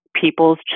people's